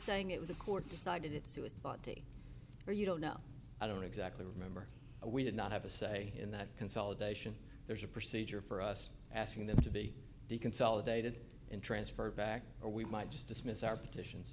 saying it was a court decided it's to a spot where you don't know i don't exactly remember we did not have a say in that consolidation there's a procedure for us asking them to be consolidated and transferred back or we might just dismiss our petitions